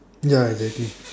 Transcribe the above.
ya exactly